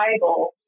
Bible